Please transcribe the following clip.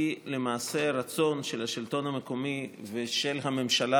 היא למעשה רצון של השלטון המקומי ושל הממשלה